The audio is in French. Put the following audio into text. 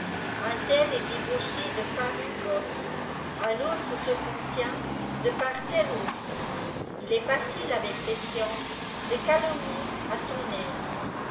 un tel est débauché de par une bosse un autre se contient de par telle an toe il est facile avec cette science de calomnier à son aise